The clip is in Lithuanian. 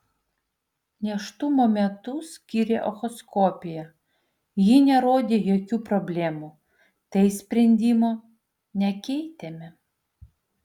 nėštumo metu skyrė echoskopiją ji nerodė jokių problemų tai sprendimo nekeitėme